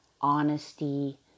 honesty